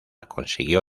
consiguió